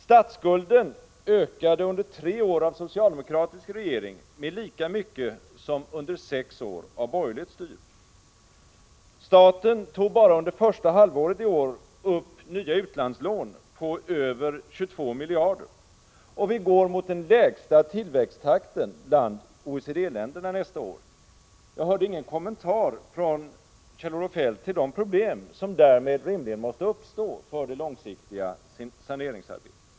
Statsskulden har ökat under tre år av socialdemokratiskt regerande med lika mycket som under sex år av borgerligt styre. Staten tog bara under första halvåret i år upp nya utlandslån på över 22 miljarder, och vi går mot den lägsta tillväxttakten bland OECD-länderna nästa år. Jag hörde ingen kommentar från Kjell-Olof Feldt om de problem som därmed rimligen måste uppstå för det långsiktiga saneringsarbetet.